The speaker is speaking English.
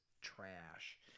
trash